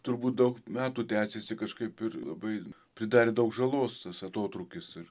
turbūt daug metų tęsėsi kažkaip ir labai pridarė daug žalos tas atotrūkis ir